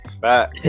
back